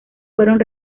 fueron